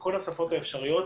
וכל השפות האפשריות.